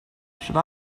should